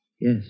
Yes